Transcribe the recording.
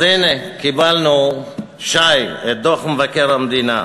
אז הנה, קיבלנו שי, את דוח מבקר המדינה.